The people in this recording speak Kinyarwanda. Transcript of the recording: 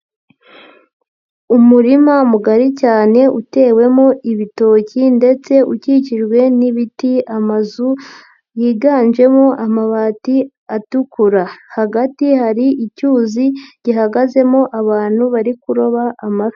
Umurima mugari cyane utewemo ibitoki ndetse ukikijwe n'ibiti, amazu yiganjemo amabati atukura, hagati hari icyuzi gihagazemo abantu bari kuroba amafi.